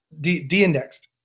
de-indexed